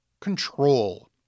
control